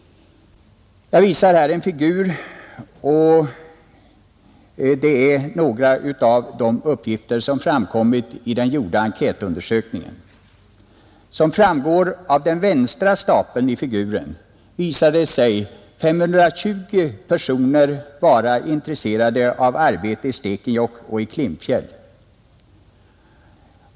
Jag visar här på TV-skärmen en figur med några av de uppgifter som framkommit vid den gjorda enkäten, Som framgår av den vänstra stapeln visade sig 520 personer vara intresserade av arbete i Stekenjokk och i Klimpfjäll.